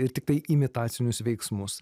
ir tiktai imitacinius veiksmus